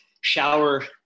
shower